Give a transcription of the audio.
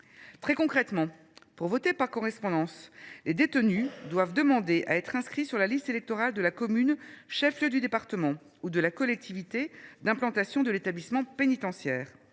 Très concrètement, pour voter par correspondance, les détenus doivent demander à être inscrits sur la liste électorale de la commune chef lieu du département ou de la collectivité d’implantation de l’établissement pénitentiaire.